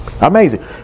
amazing